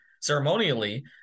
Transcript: ceremonially